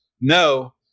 no